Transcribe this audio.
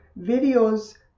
videos